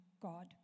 God